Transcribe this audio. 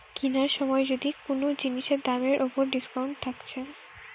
কিনার সময় যদি কুনো জিনিসের দামের উপর ডিসকাউন্ট থাকছে